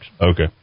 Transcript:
Okay